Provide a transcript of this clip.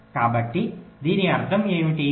కాబట్టి దీని అర్థం ఏమిటి